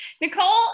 Nicole